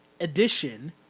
edition